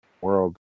world